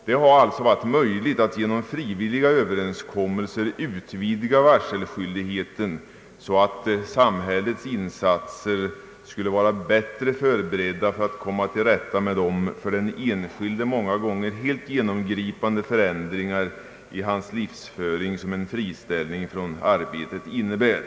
Det har alltså varit möjligt att genom frivilliga överenskommelser utvidga varselskyldigheten så att samhällets insatser skulle kunna vara bättre förberedda för att komma till rätta med de för den enskilde många gånger helt genomgripande förändringar i hans livsföring som en friställning från arbetet innebär.